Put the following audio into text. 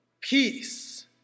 peace